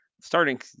starting